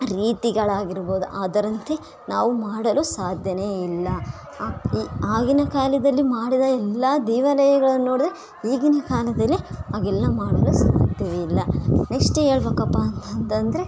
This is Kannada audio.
ರೀತಿಗಳಾಗಿರ್ಬೌದು ಅದರಂತೆ ನಾವು ಮಾಡಲು ಸಾಧ್ಯಾನೆ ಇಲ್ಲ ಆ ಈ ಆಗಿನ ಕಾಲದಲ್ಲಿ ಮಾಡಿದ ಎಲ್ಲ ದೇವಾಲಯಗಳನ್ನು ನೋಡಿದೆ ಈಗಿನ ಕಾಲದಲ್ಲಿ ಹಾಗೆಲ್ಲ ಮಾಡಲು ಸಾಧ್ಯವಿಲ್ಲ ನೆಸ್ಟ್ ಹೇಳಬೇಕಪ್ಪ ಅಂತ ಅಂತಂದರೆ